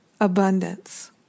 abundance